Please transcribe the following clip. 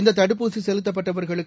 இந்ததடுப்பூசிசெலுத்தப்பட்டவர்களுக்கு